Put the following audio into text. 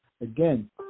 again